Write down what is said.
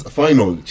final